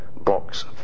Box